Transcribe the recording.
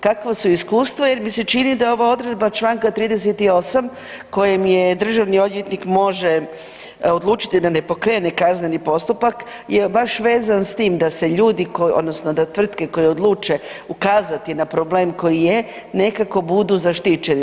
Kakva su iskustva jer mi se čini da ova odredba Članka 38. kojim je državni odvjetnik može odlučiti da ne pokrene kazneni postupak baš vezan s tim da se ljudi odnosno da tvrtke koje odluče ukazati na problem koji je nekako budu zaštićeni.